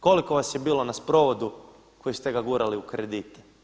Koliko vas je bilo na sprovodu koji ste ga gurali u kredit?